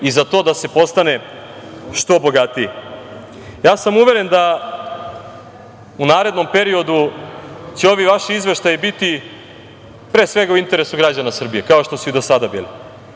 i za to da se postane što bogatiji. Ja sam uveren da u narednom periodu će ovi vaši izveštaji biti pre svega u interesu građana Srbije, kao što su i do sada bili